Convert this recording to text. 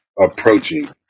approaching